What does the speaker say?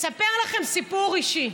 אספר לכם סיפור אישי.